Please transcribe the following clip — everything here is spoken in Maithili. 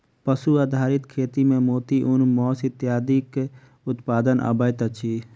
पशु आधारित खेती मे मोती, ऊन, मौस इत्यादिक उत्पादन अबैत अछि